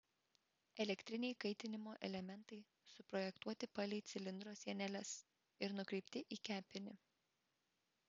elektriniai kaitinimo elementai suprojektuoti palei cilindro sieneles ir nukreipti į kepinį